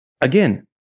again